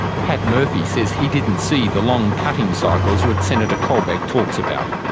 pat murphy says he didn't see the long cutting cycles that senator colbeck talks about.